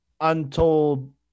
untold